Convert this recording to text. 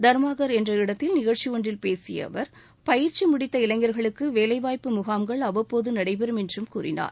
தர்மாகர் என்ற இடத்தில் நிகழ்ச்சி ஒன்றில் பேசிய அமைச்சர் பயிற்சி முடித்த இளைஞர்களுக்கு வேலைவாய்ப்பு முகாம்கள் அவ்வப்போது நடைபெறும் என்றும் அவர் கூறினார்